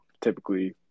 typically